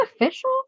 official